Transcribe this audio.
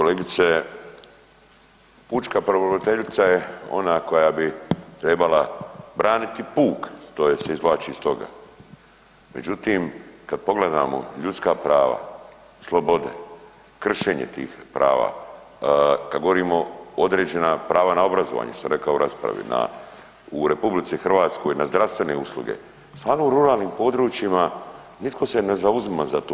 Kolegice, pučka pravobraniteljica je ona koja bi trebala braniti puk to se izvlači iz toga, međutim kad pogledamo ljudska prava, slobode, kršenje tih prava, kada govorimo određena prava na obrazovanje što sam rekao u raspravi u RH na zdravstvene usluge, stvarno u ruralnim područjima nitko se ne zauzima za to.